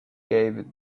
gave